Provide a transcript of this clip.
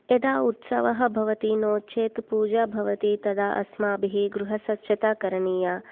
यदा उत्सवः भवति नो चेत् पूजा भवति तदा अस्माभिः गृहस्वच्छता करणीया